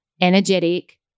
energetic